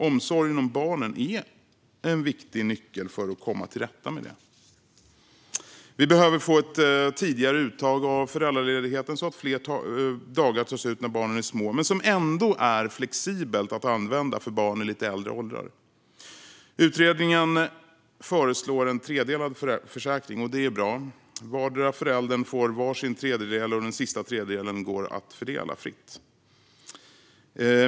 Omsorgen om barnen är en viktig nyckel för att komma till rätta med det. Vi behöver få ett tidigare uttag av föräldraledigheten så att fler dagar tas ut när barnen är små men så att det ändå blir så flexibelt att den kan användas för barn i lite äldre åldrar. Utredningen föreslår en tredelad försäkring, och det är bra. Vardera föräldern får var sin tredjedel, och den sista tredjedelen går att fördela fritt.